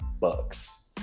Bucks